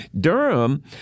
Durham